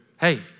Hey